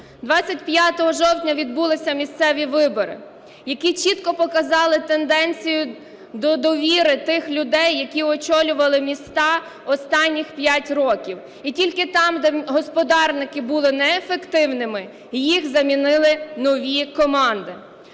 25 жовтня відбулися місцеві вибори, які чітко показали тенденцію до довіри тих людей, які очолювали міста останніх 5 років. І тільки там, де господарники були неефективними, їх замінили нові команди.